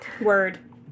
Word